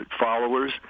followers